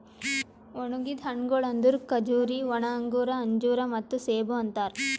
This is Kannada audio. ಒಣುಗಿದ್ ಹಣ್ಣಗೊಳ್ ಅಂದುರ್ ಖಜೂರಿ, ಒಣ ಅಂಗೂರ, ಅಂಜೂರ ಮತ್ತ ಸೇಬು ಅಂತಾರ್